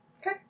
Okay